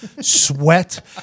sweat